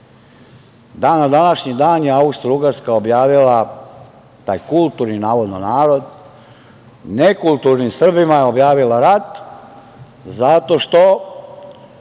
na današnji dan je Austrougarska objavila, taj kulturni navodno narod, nekulturnim Srbima je objavila rat zato što